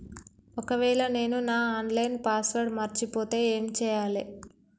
ఒకవేళ నేను నా ఆన్ లైన్ పాస్వర్డ్ మర్చిపోతే ఏం చేయాలే?